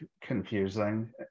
confusing